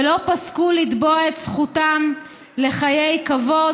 ולא פסקו לתבוע את זכותם לחיי כבוד,